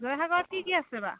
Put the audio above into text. জয়সাগৰত কি কি আছে বাৰু